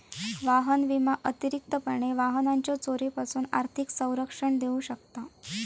वाहन विमा अतिरिक्तपणे वाहनाच्यो चोरीपासून आर्थिक संरक्षण देऊ शकता